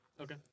Okay